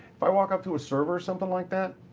if i walk up to a server or something like that,